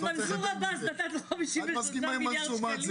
עם מנסור עבאס, נתת לו 53 מיליארד ש"ח.